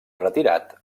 retirat